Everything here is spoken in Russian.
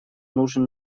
нужен